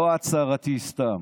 לא ההצהרתי סתם